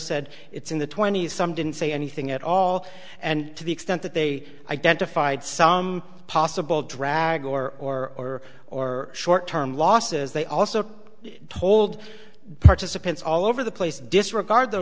said it's in the twenty's some didn't say anything at all and to the extent that they identified some possible drag or or short term losses they also told participants all over the place disregard th